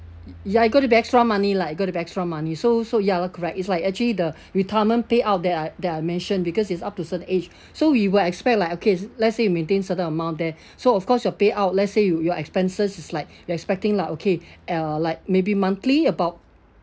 ya you got to pay extra money lah you go to pay extra money so so ya correct it's like actually the retirement payout that I that I mentioned because it's up to certain age so we will expect like okay let's say you maintain certain amount there so of course your payout let's say you your expenses is like you're expecting lah okay uh like maybe monthly about